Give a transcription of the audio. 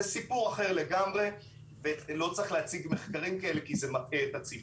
זה סיפור אחר לגמרי ולא צריך להציג מחקרים כאלה כי זה מטעה את הציבור.